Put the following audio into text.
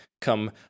come